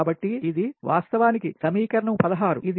కాబట్టి ఇది వాస్తవానికి సమీకరణం 16 ఇది